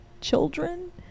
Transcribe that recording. children